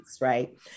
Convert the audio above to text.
right